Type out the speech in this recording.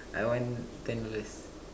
I want ten dollars